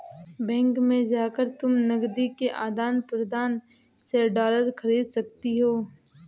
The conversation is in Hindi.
बैंक में जाकर तुम नकदी के आदान प्रदान से डॉलर खरीद सकती हो